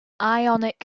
ionic